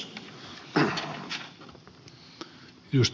arvoisa puhemies